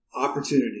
Opportunity